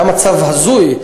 היה מצב הזוי,